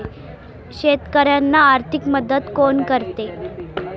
शेतकऱ्यांना आर्थिक मदत कोण करते?